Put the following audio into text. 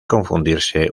confundirse